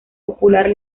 popular